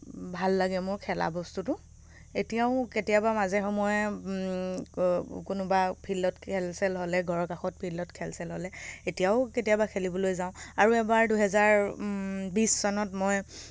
ভাল লাগে মোৰ খেলা বস্তুটো এতিয়াও মো কেতিয়াবা মাজে সময়ে কোনোবা ফিল্ডত খেল চেল হ'লে ঘৰৰ কাষত ফিল্ডত খেল চেল হ'লে এতিয়াও কেতিয়াবা খেলিবলৈ যাওঁ আৰু এবাৰ দুহেজাৰ বিছ চনত মই